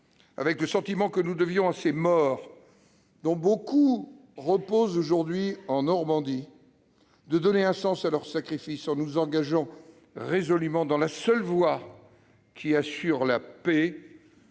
avec le sentiment que nous devions à ces morts, dont beaucoup reposent aujourd'hui en Normandie, de donner un sens à leur sacrifice en nous engageant résolument dans la seule voie qui assure la paix